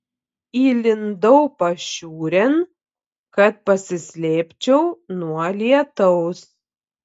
įlindau pašiūrėn kad pasislėpčiau nuo lietaus